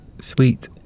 sweet